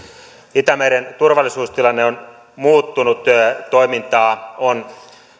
itämeren turvallisuustilanne on muuttunut toimintaa on